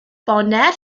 barnett